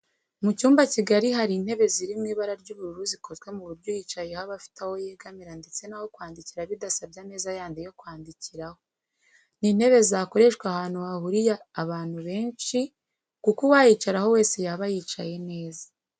Mu cyumba kigari hari intebe ziri mu ibara ry'ubururu zikozwe ku buryo uyicayeho aba afite aho yegamira ndetse n'aho kwandikira bidasabye ameza yandi yo kwandikiraho. Ni intebe zakoreshwa ahantu hahuriye abantu benshi kuko uwayicaraho wese yaba yicaye neza